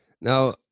now